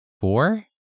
four